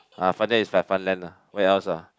ah Fun Day is like fun land ah where else ah